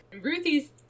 Ruthie's